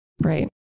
Right